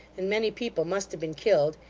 and many people must have been killed,